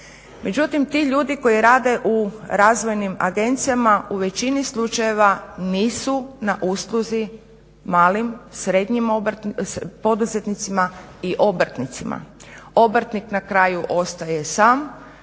Međutim, ti ljudi koji rade u razvojnim agencijama u većini slučajeva nisu na usluzi malim, srednjim poduzetnicima i obrtnicima. Obrtnik na kraju ostaje sam